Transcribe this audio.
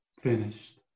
finished